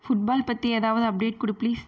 football பற்றி ஏதாவது update கொடு பிளீஸ்